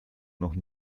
noch